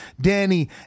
Danny